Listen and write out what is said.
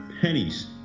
pennies